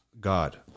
God